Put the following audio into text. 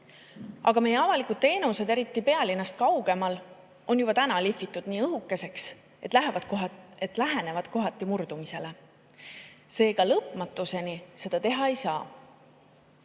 Aga meie avalikud teenused, eriti pealinnast kaugemal, on juba praegu lihvitud nii õhukeseks, et lähenevad kohati murdumisele. Seega, lõpmatuseni seda teha ei saa.